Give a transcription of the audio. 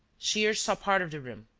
shears saw part of the room,